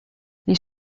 les